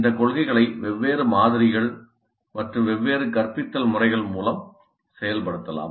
இந்த கொள்கைகளை வெவ்வேறு மாதிரிகள் மற்றும் வெவ்வேறு கற்பித்தல் முறைகள் மூலம் செயல்படுத்தலாம்